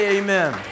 amen